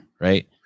right